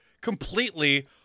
completely